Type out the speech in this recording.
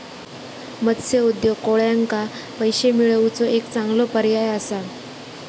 मत्स्य उद्योग कोळ्यांका पैशे मिळवुचो एक चांगलो पर्याय असा